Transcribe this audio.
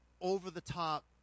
over-the-top